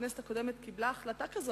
הכנסת הקודמת קיבלה החלטה כזאת,